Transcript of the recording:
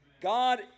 God